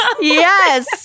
yes